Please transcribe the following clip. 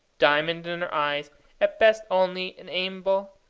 diamond in her eyes at best only an amiable,